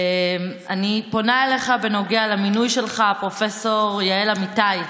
אני פונה אליך בנוגע למינוי שלך, פרופ' יעל אמיתי,